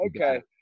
Okay